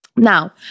Now